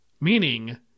meaning